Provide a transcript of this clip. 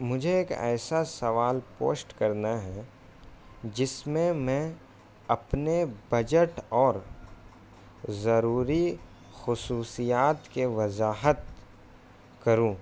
مجھے ایک ایسا سوال پوسٹ کرنا ہے جس میں میں اپنے بجٹ اور ضروری خصوصیات کے وضاحت کروں